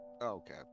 okay